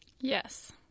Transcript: Yes